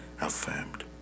affirmed